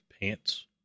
pants